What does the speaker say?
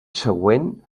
següent